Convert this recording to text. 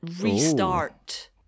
restart